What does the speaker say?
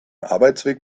arbeitsweg